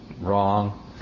Wrong